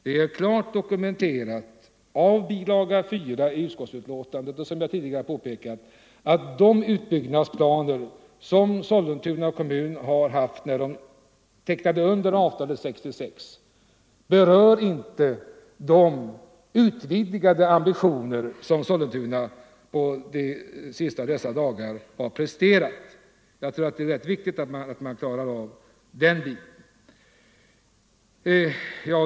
Det är, som jag tidigare påpekat, klart dokumenterat i bilaga 4 till betänkandet att de utbyggnadsplaner som Sollentuna kommun hade när den tecknade under avtalet 1966 inte berör de utvidgade ambitioner som Sollentuna de sista av dessa dagar har presterat. Jag tror att det är rätt viktigt att man klarar ut den delen.